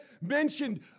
mentioned